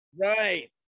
Right